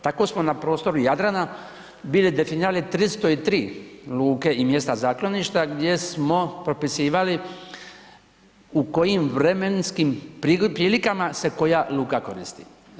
Tako smo na prostoru Jadrana bili definirali 303 luke i mjesta zakloništa gdje smo propisivali u kojim vremenskim prilikama se koja luka koristi.